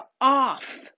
off